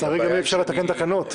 לצערי גם אי-אפשר לתקן תקנות.